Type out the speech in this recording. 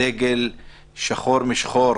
דגל שחור משחור